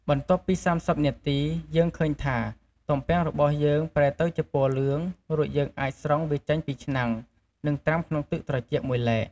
បន្ទាប់ពី៣០នាទី យើងឃើញថា ទំពាំងរបស់យើងប្រែទៅជាពណ៌លឿង រួចយើងអាចស្រង់វាចេញពីឆ្នាំង និងត្រាំក្នុងទឹកត្រជាក់មួយឡែក។